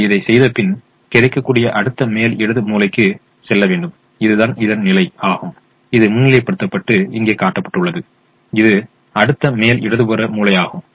இப்போது இதைச் செய்தபின் கிடைக்கக்கூடிய அடுத்த மேல் இடது மூலைக்கு செல்ல வேண்டும் இதுதான் இதன் நிலை ஆகும் இது முன்னிலைப்படுத்தப்பட்டு இங்கே காட்டப்பட்டுள்ளது இது அடுத்த மேல் இடது புற மூலையாகும்